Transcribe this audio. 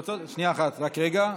שנייה אחת, רק רגע.